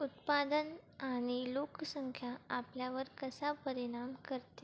उत्पादन आणि लोकसंख्या आपल्यावर कसा परिणाम करते